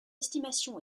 estimation